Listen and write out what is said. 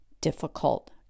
difficult